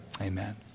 Amen